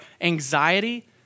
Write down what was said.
anxiety